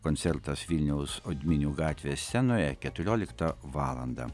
koncertas vilniaus odminių gatvės scenoje keturioliktą valandą